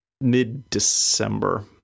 mid-December